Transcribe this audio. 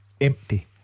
Empty